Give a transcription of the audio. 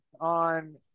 on